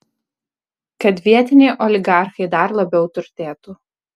kad vietiniai oligarchai dar labiau turtėtų